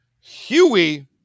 Huey